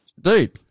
dude